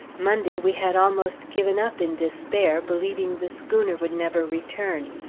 monday we had almost given up in despair, believing the schooner would never return.